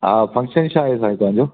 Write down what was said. हा फ़ंक्शन छा आहे साईं तव्हांजो